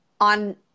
on